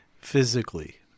physically